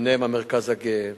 ביניהם המרכז הגאה,